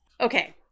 Okay